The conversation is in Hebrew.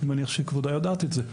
אני מניח שכבודה יודעת את זה.